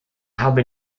habe